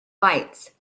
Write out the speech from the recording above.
lights